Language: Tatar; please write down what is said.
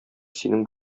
синең